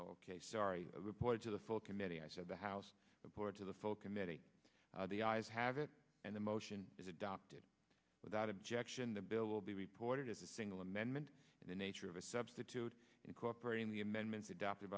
ok sorry a report to the full committee i said the house of lords of the full committee the ayes have it and the motion is adopted without objection the bill will be reported as a single amendment in the nature of a substitute incorporating the amendments adopted